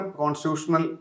constitutional